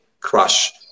Crush